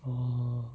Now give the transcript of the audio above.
orh